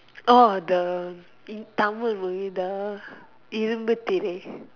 orh the in Tamil movie the Irumbu Thirai